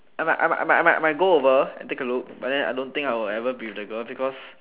I might I might I might I might go over and take a look but then I don't think I will ever be with the girl because